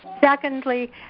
secondly